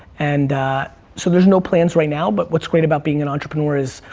and so there's no plans right now, but what's great about being an entrepreneur is,